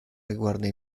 riguarda